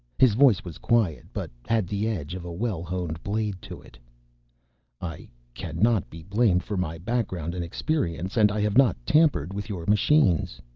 his voice was quiet, but had the edge of a well-honed blade to it i cannot be blamed for my background and experience. and i have not tampered with your machines.